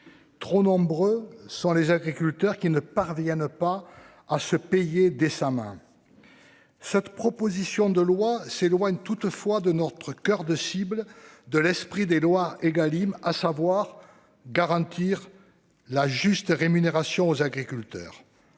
Trop nombreux sont les agriculteurs qui ne parviennent pas à se payer décemment. Cette proposition de loi s'éloigne toutefois de notre coeur de cible issu de l'esprit des lois Égalim, à savoir garantir la juste rémunération des agriculteurs.